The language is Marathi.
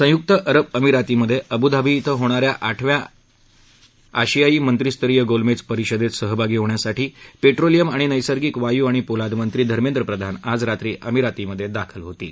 संयुक्त अरब अमिरातीमध्ये अबू धाबी क्विं होणाऱ्या आठव्या आशियायी मंत्रीस्तरीय गोलमेज परिषदेत सहभागी होण्यासाठी पेट्रोलियम आणि नैसर्गिक वायू आणि पोलादमंत्री धमेंद्र प्रधान आज रात्री अमिरातीमध्ये दाखल होतील